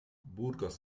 burgos